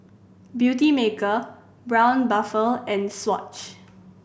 Beautymaker Braun Buffel and Swatch